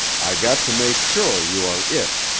i got to make sure you are it.